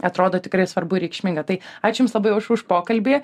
atrodo tikrai svarbu reikšminga tai ačiū jums labai už už pokalbį